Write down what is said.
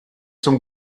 zum